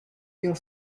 your